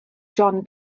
john